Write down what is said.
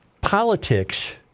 politics